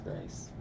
nice